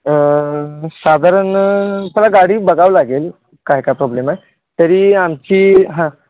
साधारण मला गाडी बघावं लागेल काय काय प्रॉब्लेम आहे तरी आमची हां